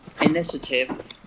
initiative